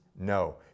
No